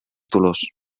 dolors